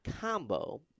combo